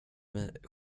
mig